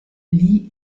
lie